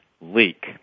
leak